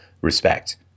respect